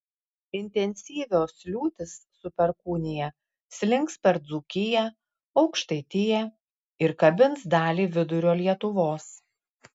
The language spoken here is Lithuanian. intensyvios liūtys su perkūnija slinks per dzūkiją aukštaitiją ir kabins dalį vidurio lietuvos